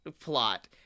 plot